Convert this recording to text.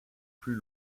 plus